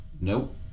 Nope